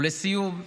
לסיום,